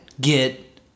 get